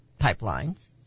pipelines